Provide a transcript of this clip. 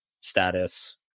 status